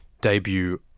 debut